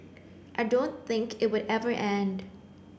I don't think it will ever end